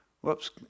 whoops